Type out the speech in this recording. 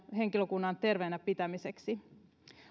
henkilökunnan terveenä pitämiseksi